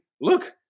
look